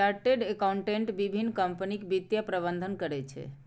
chartered accountant विभिन्न कंपनीक वित्तीय प्रबंधन करै छै